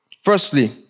firstly